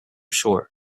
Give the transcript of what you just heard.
sure